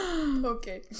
Okay